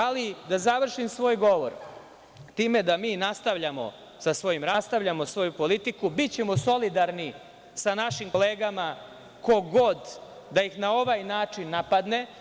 Ali, da završim svoj govor time da mi nastavljamo sa svojim radom, nastavljamo svoju politiku, bićemo solidarni sa našim kolegama ko god da ih na ovaj način napadne.